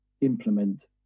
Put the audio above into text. implement